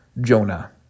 Jonah